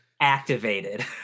Activated